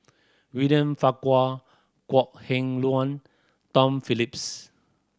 William Farquhar Kok Heng Leun Tom Phillips